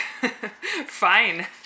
fine